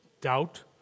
doubt